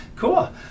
Cool